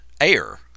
air